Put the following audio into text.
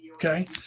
Okay